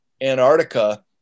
Antarctica